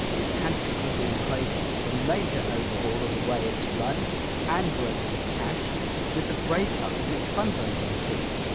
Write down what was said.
it's had to put in place a major overhaul of the way it's run and raises cash with the breakup of its fundraising team.